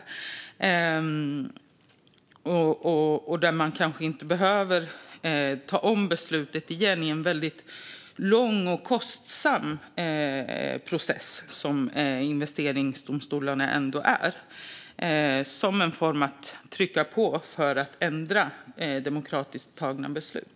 Där behöver man kanske inte ta om beslutet igen i en väldigt lång och kostsam process, som investeringsdomstolarna ändå innebär, som en form av att trycka på för att ändra demokratiskt fattade beslut.